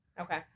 Okay